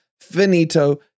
Finito